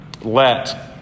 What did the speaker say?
let